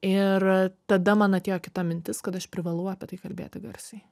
ir tada man atėjo kita mintis kad aš privalau apie tai kalbėti garsiai